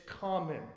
common